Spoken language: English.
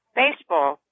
baseball